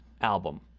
album